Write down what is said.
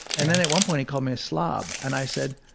and then at one point he called me a slob. and i said,